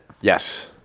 Yes